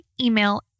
email